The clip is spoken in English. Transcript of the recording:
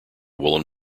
woolen